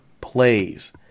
plays